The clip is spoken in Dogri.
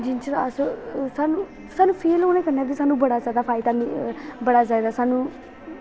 जिन्ना चिर अस सानूं फेल होने कन्नै बी सानूं बड़ा जैदा फैदा बड़ा जैदा सानूं